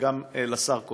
וגם לשר כהן,